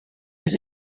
his